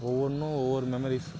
ஒவ்வொன்றும் ஒவ்வொரு மெமரிஸ்